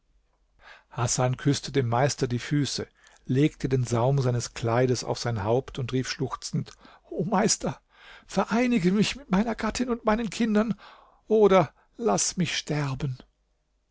hasan küßte dem meister die füße legte den saum seines kleides auf sein haupt und rief schluchzend o meister vereinige mich mit meiner gattin und meinen kindern oder laß mich sterben